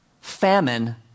Famine